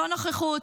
לא נוכחות,